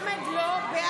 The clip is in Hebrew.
הסתייגות 609 לא נתקבלה.